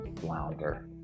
flounder